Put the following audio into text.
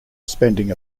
spending